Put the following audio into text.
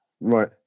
Right